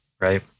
right